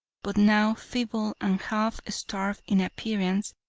but now feeble and half-starved in appearance,